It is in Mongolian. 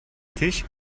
тийш